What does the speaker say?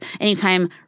anytime